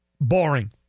boring